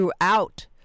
throughout